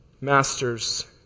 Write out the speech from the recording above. Masters